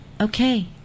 okay